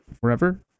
forever